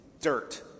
dirt